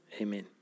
Amen